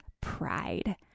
pride